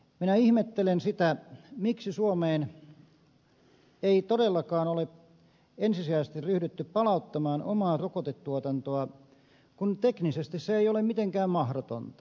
minä ihmettelen sitä miksi suomeen ei todellakaan ole ensisijaisesti ryhdytty palauttamaan omaa rokotetuotantoa kun teknisesti se ei ole mitenkään mahdotonta